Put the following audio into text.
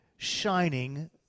shining